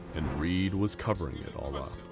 and reed was covering it all ah